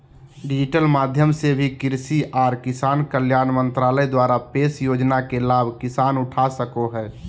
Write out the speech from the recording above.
digital माध्यम से भी कृषि आर किसान कल्याण मंत्रालय द्वारा पेश योजना के लाभ किसान उठा सको हय